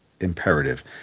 Imperative